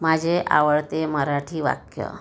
माझे आवडते मराठी वाक्य